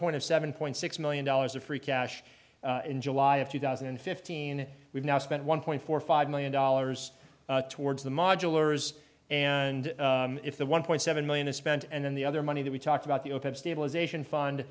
point of seven point six million dollars of free cash in july of two thousand and fifteen we've now spent one point four five million dollars towards the modulars and if the one point seven million is spent and then the other money that we talked about the open stabilization fund